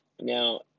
Now